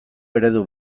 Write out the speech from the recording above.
eredu